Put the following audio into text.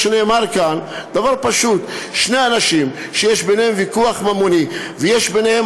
מה שנאמר כאן הוא דבר פשוט: שני אנשים שיש ביניהם ויכוח ממוני ויש ביניהם